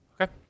Okay